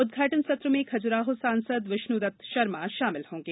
उद्घाटन सत्र में खजुराहों सांसद विष्णुदत्त शर्मा शामिल होंगे